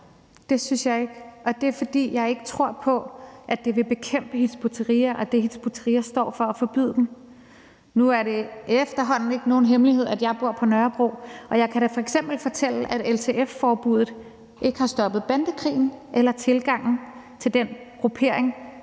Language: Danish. det synes jeg ikke, og det er, fordi jeg ikke tror på, at det vil bekæmpe Hizb ut-Tahrir og det, Hizb ut-Tahrir står for, at forbyde dem. Nu er det efterhånden ikke nogen hemmelighed, at jeg bor på Nørrebro, og jeg kan da f.eks. fortælle, at LTF-forbuddet ikke har stoppet bandekrigen eller tilgangen til den gruppering,